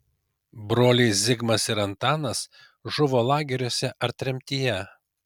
broliai zigmas ir antanas žuvo lageriuose ar tremtyje